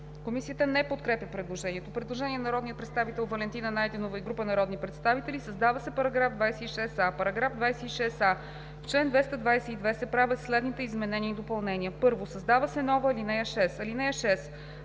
Комисията не подкрепя предложението. Предложение на народния представител Валентина Найденова и група народни представители – създава се § 26а: „§ 26а. В чл. 222 се правят следните изменения и допълнения 1. Създава се нова ал. 6: „(6)